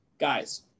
Guys